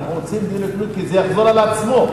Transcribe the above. אנחנו רוצים דיון עקרוני כי זה יחזור על עצמו.